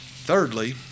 thirdly